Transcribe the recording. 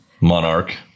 monarch